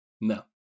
No